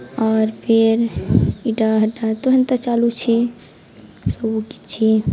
ଆର୍ ଫେର୍ ଇଟା ହେଟା ତ ହେନ୍ତା ଚାଲୁଛେ ସବୁ କିଛି